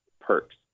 perks